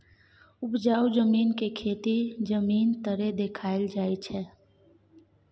उपजाउ जमीन के खेती जमीन तरे देखाइल जाइ छइ